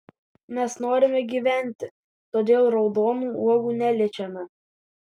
mes norime gyventi todėl raudonų uogų neliečiame